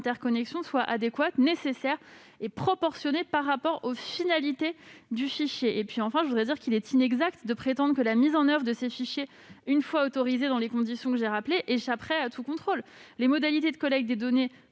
soient adéquates, nécessaires et proportionnées aux finalités du fichier. Enfin, il est inexact de prétendre que la mise en oeuvre de ces fichiers, une fois autorisée dans les conditions que j'ai rappelées, échapperait à tout contrôle. Les modalités de collecte des données